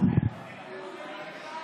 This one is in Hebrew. לוועדה